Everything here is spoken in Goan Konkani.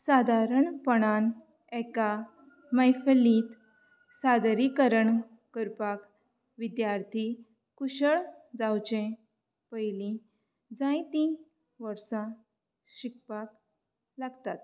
सादारणपणान एका मैफलींत सादरीकरण करपाक विद्यार्थी कुशळ जावचें पयलीं जायतीं वर्सां शिकपाक लागतात